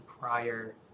prior